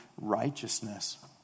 righteousness